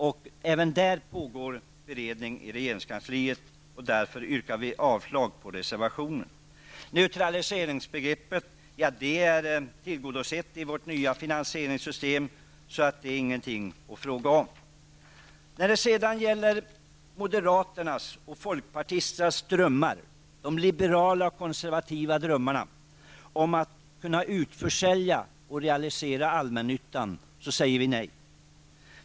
Även beredning av detta ärende pågår inom regeringskansliet. Vi yrkar därför avslag på reservationen. Neutralitetsbegreppet har blivit tillgodosett i vårt nya finansieringssystem, så det är inget att fråga om. När det gäller moderaternas och folkpartisternas drömmar -- de liberala och konservativa drömmarna -- om att kunna utförsälja och realisera allmännyttan säger vi nej.